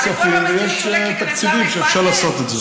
יש כספים ויש תקציבים ואפשר לעשות את זה.